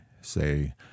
say